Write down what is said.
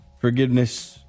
forgiveness